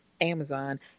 Amazon